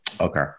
Okay